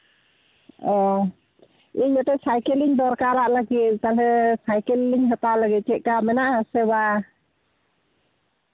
ᱚ ᱤᱧ ᱢᱤᱫᱴᱮᱱ ᱥᱟᱭᱠᱮᱞ ᱤᱧ ᱫᱚᱨᱠᱟᱨᱟᱜ ᱞᱟᱹᱜᱤᱫ ᱛᱟᱦᱞᱮ ᱥᱟᱭᱠᱮᱞᱤᱧ ᱦᱟᱛᱟᱣ ᱞᱟᱹᱜᱤᱫ ᱪᱮᱫᱠᱟ ᱢᱮᱱᱟᱜᱼᱟ ᱥᱮ ᱵᱟᱝ